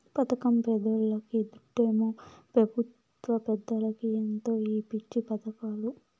పదకం పేదోల్లకి, దుడ్డేమో పెబుత్వ పెద్దలకి ఏందో ఈ పిచ్చి పదకాలు